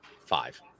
five